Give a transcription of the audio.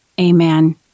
Amen